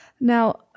Now